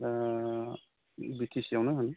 बिटिसिआवनो होन